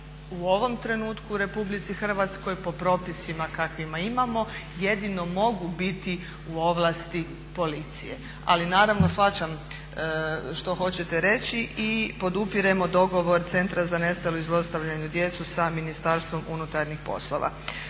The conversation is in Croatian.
u ovom trenutku u RH po propisima koje imamo jedino mogu biti u ovlasti policije. Ali naravno shvaćam što hoćete reći i podupiremo dogovor Centra za nestalu i zlostavljanu djecu sa Ministarstvom unutarnjih poslova.